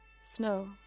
Snow